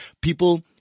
People